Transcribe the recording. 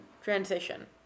transition